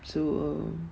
so um